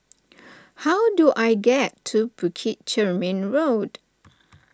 how do I get to Bukit Chermin Road